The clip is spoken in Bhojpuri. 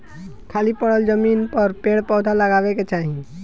खाली पड़ल जमीन पर पेड़ पौधा लगावे के चाही